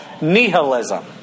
nihilism